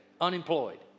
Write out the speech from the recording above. unemployed